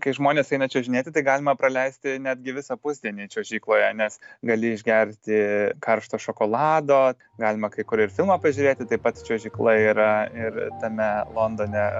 kai žmonės eina čiuožinėti tai galima praleisti netgi visą pusdienį čiuožykloje nes gali išgerti karšto šokolado galima kai kur ir filmą pažiūrėti taip pat čiuožykla yra ir tame londone